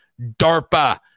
DARPA